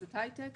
באנליזת הייטק,